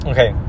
Okay